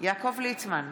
יעקב ליצמן,